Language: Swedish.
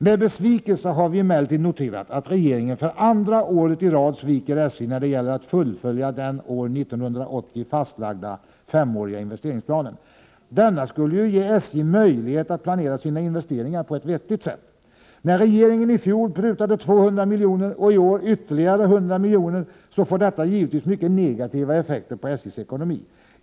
Med besvikelse har vi emellertid noterat att regeringen för andra året i rad sviker SJ när det gäller att fullfölja den år 1980 fastlagda femåriga investeringsplanen. Denna skulle ju ge SJ möjlighet att planera sina investeringar på ett vettigt sätt. När regeringen i fjol prutade 200 miljoner och i år ytterligare 100 miljoner, får detta givetvis mycket negativa effekter för SJ:s ekonomi.